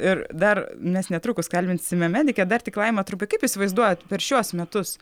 ir dar mes netrukus kalbinsime medikę dar tik laima trumpai kaip įsivaizduojat per šiuos metus